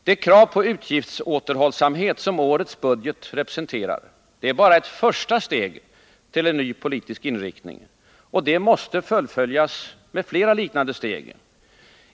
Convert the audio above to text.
Det krav på utgiftsåterhållsamhet som årets budget representerar är bara ett första steg till en ny politisk inriktning. Det måste fullföljas med flera liknande steg.